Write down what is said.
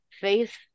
faith